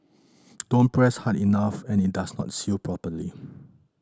don't press hard enough and it does not seal properly